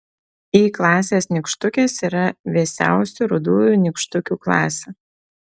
y klasės nykštukės yra vėsiausių rudųjų nykštukių klasė